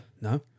no